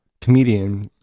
comedian